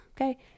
Okay